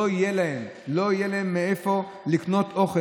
לא יהיה להם מאיפה לקנות אוכל.